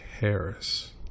Harris